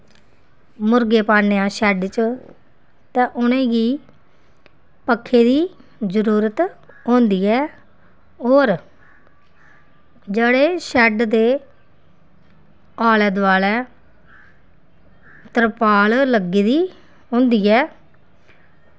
मुर्गे पान्ने आं शैड्ड च उ'नेंगी पक्खे दी जरूरत होंदी ऐ और जेह्ड़े शैड्ड दै आलै दोआलै तरपाल लग्गी दी होंदी ऐ